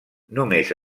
només